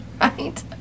Right